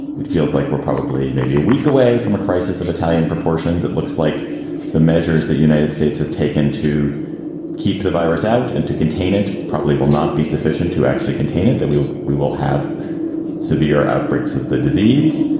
it feels like we're probably maybe a week away from a crisis of italian proportions. that looks like the measures that united states has taken to keep the virus out and to contain it probably will not be sufficient to actually contain it. that will we will have severe outbreaks of the disease.